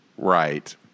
right